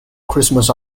christmas